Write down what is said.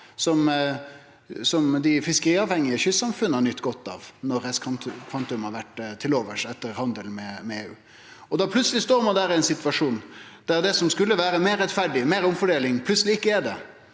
som dei fiskeriavhengige kystsamfunna har nytt godt av – når restkvantum har vore til overs etter handel med EU. Da står ein plutseleg i ein situasjon der det som skulle vere meir rettferdig og meir omfordeling, plutseleg ikkje er det.